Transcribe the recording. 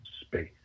space